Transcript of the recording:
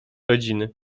rodziny